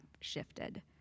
shifted